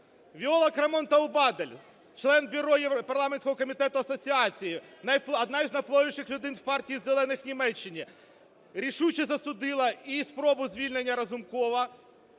Віола Крамон-Таубадель, член Бюро Парламентського комітету асоціації, одна з найвпливовіших людей в Партії Зелених у Німеччині, рішуче засудила і спробу звільнення Разумкова,